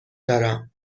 دارم